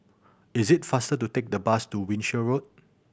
is it faster to take the bus to Wiltshire Road